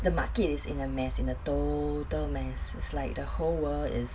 the market is in a mess in a total mess is like the whole world is